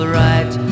right